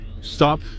stop